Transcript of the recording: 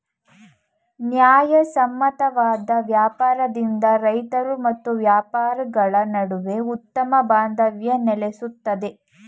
ನ್ಯಾಯಸಮ್ಮತವಾದ ವ್ಯಾಪಾರದಿಂದ ರೈತರು ಮತ್ತು ವ್ಯಾಪಾರಿಗಳ ನಡುವೆ ಉತ್ತಮ ಬಾಂಧವ್ಯ ನೆಲೆಸುತ್ತದೆ